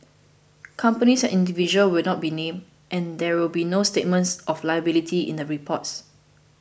companies and individuals will not be named and there will be no statements of liability in the reports